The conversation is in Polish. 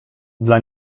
dla